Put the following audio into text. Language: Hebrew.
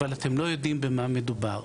אבל אתם לא יודעים במה מדובר.